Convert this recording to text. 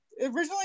originally